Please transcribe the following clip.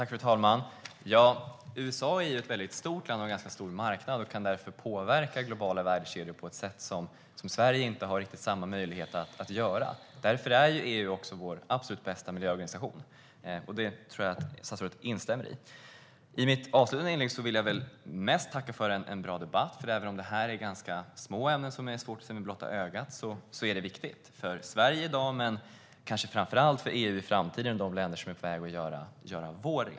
Fru talman! USA är ett väldigt stort land med en ganska stor marknad och kan därför påverka globala värdekedjor på ett sätt Sverige inte har riktigt samma möjlighet att göra. Därför är EU vår allra bästa miljöorganisation, vilket jag tror att statsrådet instämmer i. I mitt avslutande inlägg vill jag väl mest tacka för en bra debatt. Även om detta är ganska små ämnen som är svåra att se med blotta ögat är de viktiga - för Sverige i dag, men kanske framför allt för EU i framtiden och för de länder som är på väg att göra vår resa.